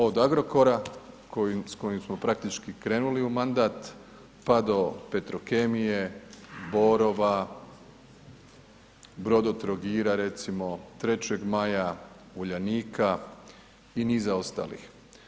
Od Agrokora s kojim smo praktički krenuli u mandat pa do Petrokemije, Borova, Brodotrogira recimo, Trećeg maja, Uljanika i niza ostalih.